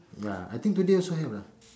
ah I think today also have lah